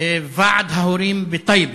ועד ההורים בטייבה.